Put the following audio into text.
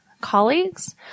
colleagues